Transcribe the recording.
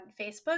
Facebook